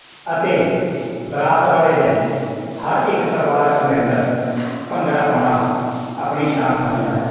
ਅਤੇ ਬਰਾਤ ਵਾਲੇ ਦਿਨ ਹਰ ਇੱਕ ਪਰਿਵਾਰਕ ਮੈਂਬਰ ਭੰਗੜਾ ਪਾਉਣਾ ਆਪਣੀ ਸ਼ਾਨ ਸਮਝਦਾ ਹੈ